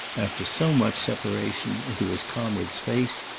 after so much separation, into his comrade's face,